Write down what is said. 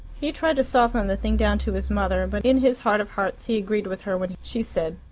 he tried to soften the thing down to his mother, but in his heart of hearts he agreed with her when she said,